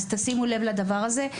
אז תשימו לב לדבר הזה.